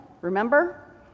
remember